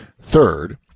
Third